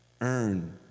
Earn